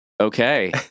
Okay